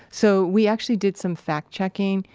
so we actually did some fact-checking,